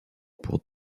pour